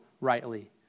rightly